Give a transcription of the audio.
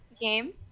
game